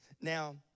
Now